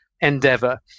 endeavor